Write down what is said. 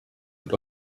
und